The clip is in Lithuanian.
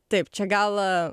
taip čia gal